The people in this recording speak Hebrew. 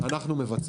אנחנו מבצעים.